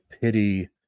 pity